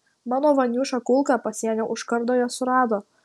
mano vaniušą kulka pasienio užkardoje surado